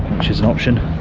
which is an option,